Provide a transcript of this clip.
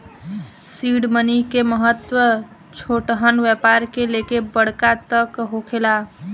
seed money के महत्व छोटहन व्यापार से लेके बड़का तक होखेला